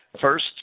first